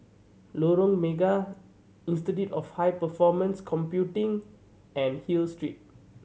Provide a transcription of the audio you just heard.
Lorong Mega Institute of High Performance Computing and Hill Street